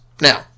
Now